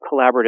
collaborative